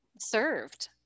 served